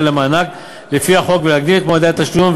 למענק לפי החוק ולהקדים את מועדי התשלום,